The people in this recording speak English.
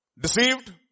Deceived